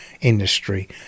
industry